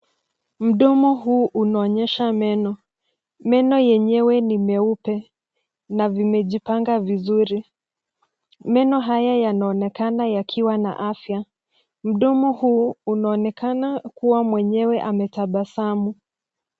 Mdomo huu unaonyesha meno, meno yenyewe ni meupe na vimejipanga vizuri. Meno haya yanaonekana yakiwa na afya. Mdomo huu unaonekana kuwa mwenyewe ametabasamu.